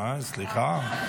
איי, סליחה.